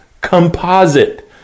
composite